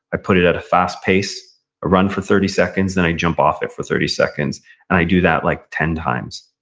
i put it at a fast pace, i run for thirty seconds, then i jump off it for thirty seconds. and i do that like ten times.